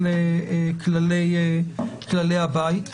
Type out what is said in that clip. אלה כללי הבית.